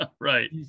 right